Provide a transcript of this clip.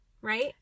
right